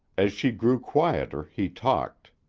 as she grew quieter, he talked.